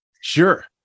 Sure